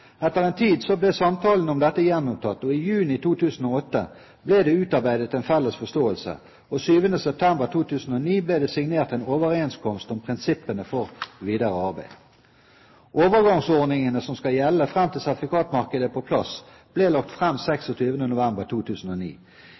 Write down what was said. Etter en tid ble samtalene om dette gjenopptatt, i juni 2008 ble det utarbeidet en felles forståelse og 7. september 2009 ble det signert en overenskomst om prinsippene for videre arbeid. Overgangsordningene som skal gjelde fram til sertifikatmarkedet er på plass, ble lagt fram 26. november 2009.